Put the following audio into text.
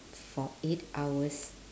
for eight hours